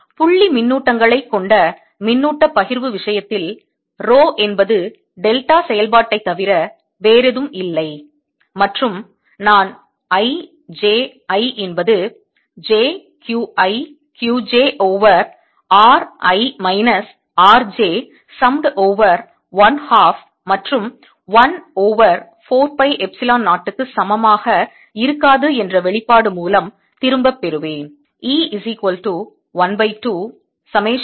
புள்ளி மின்னூட்டங்களை கொண்ட மின்னூட்டப் பகிர்வு விஷயத்தில் ரோ என்பது டெல்டா செயல்பாட்டைத் தவிர வேறெதுவும் இல்லை மற்றும் நான் i j i என்பது j Q i Q j over r i minus r j summed over 1 half மற்றும் 1 ஓவர் 4 பை எப்சிலான் 0 க்கு சமமாக இருக்காது என்ற வெளிப்பாடு மூலம் திரும்பப் பெறுவேன்